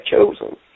chosen